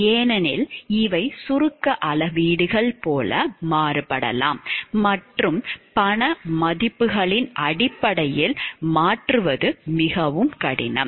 ஏனெனில் இவை சுருக்க அளவீடுகள் போல மாறுபடலாம் மற்றும் பண மதிப்புகளின் அடிப்படையில் மாற்றுவது மிகவும் கடினம்